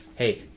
hey